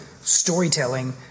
storytelling